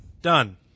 Done